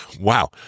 Wow